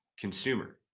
consumer